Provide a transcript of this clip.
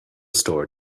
store